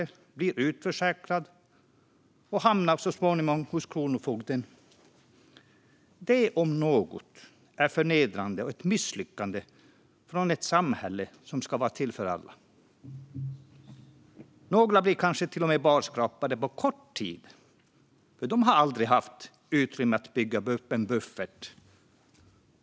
De blir utförsäkrade, och så småningom hamnar de hos kronofogden. Det, om något, är förnedrande och ett misslyckande från ett samhälle som ska vara till för alla. Några blir kanske till och med barskrapade på kort tid, för de har aldrig haft utrymme att bygga upp en buffert.